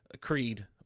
Creed